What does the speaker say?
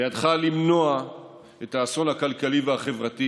בידך למנוע את האסון הכלכלי והחברתי